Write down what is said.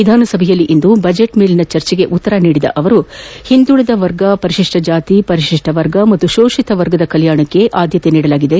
ವಿಧಾನಸಭೆಯಲ್ಲಿಂದು ಬಜೆಟ್ ಮೇಲಿನ ಚರ್ಚೆಗೆ ಉತ್ತರ ನೀಡಿದ ಅವರು ಹಿಂದುಳದ ವರ್ಗ ಪರಿಶಿಷ್ಟ ಜಾತಿ ಪರಿಶಿಷ್ಟ ವರ್ಗ ಮತ್ತು ಶೋಷಿತ ವರ್ಗದ ಕಲ್ಲಾಣಕ್ಕೆ ಆಧ್ಯತೆ ನೀಡಲಾಗಿದೆ